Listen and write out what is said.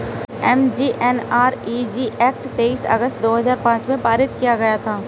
MGNREG act तेईस अगस्त दो हजार पांच में पारित किया गया था